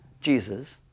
Jesus